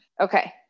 Okay